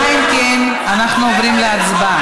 רבותיי, אם כן, אנחנו עוברים להצבעה.